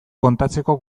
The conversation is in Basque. kontatzeko